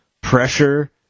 pressure